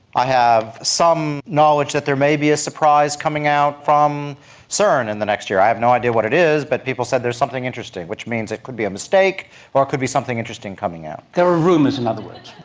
i have some knowledge that there may be a surprise coming out from cern in the next year. i have no idea what it is but people have said there is something interesting, which means it could be a mistake or it could be something interesting coming out. there are rumours, in other words.